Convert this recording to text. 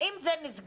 האם זה נסגר